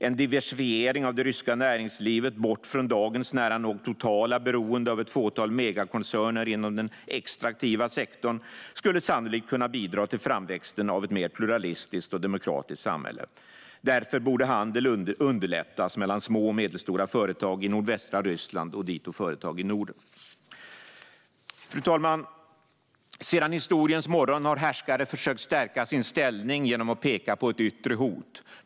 En diversifiering av det ryska näringslivet, bort från dagens nära nog totala beroende av ett fåtal megakoncerner inom den extraktiva sektorn, skulle sannolikt kunna bidra till framväxten av ett mer pluralistiskt och demokratiskt samhälle. Därför borde handel underlättas mellan små och medelstora företag i nordvästra Ryssland och dito företag i Norden. Fru talman! Sedan historiens morgon har härskare försökt att stärka sin ställning genom att peka på ett yttre hot.